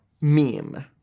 meme